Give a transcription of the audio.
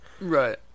Right